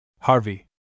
Harvey